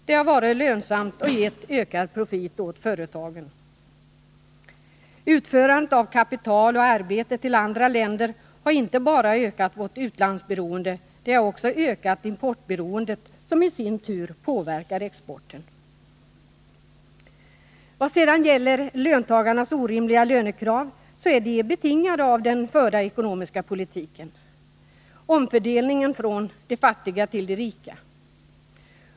Det har varit lönsamt och gett ökad profit till företagen. Utförandet av kapital och arbete till andra länder har inte bara ökat vårt utlandsberoende, utan det har också ökat importberoendet, som i sin tur påverkar exporten. Vad sedan gäller löntagarnas orimliga lönekrav, så är de betingade av den förda ekonomiska politiken, av omfördelningen från de fattiga till de rika.